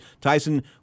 Tyson